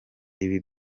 ibi